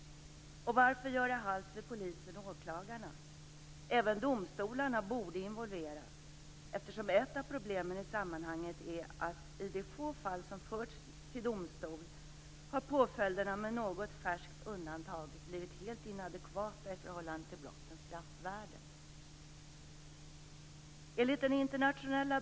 Och varför göra halt vid polisen och åklagarna? Även domstolarna borde involveras, eftersom ett av problemen i sammanhanget är att i de få fall som förts till domstol har påföljderna med något färskt undantag blivit helt inadekvata i förhållande till brottens straffvärde.